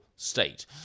State